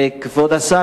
כבוד השר,